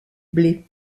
blés